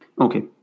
Okay